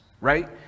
right